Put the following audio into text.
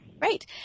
Right